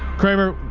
kramer.